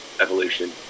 evolution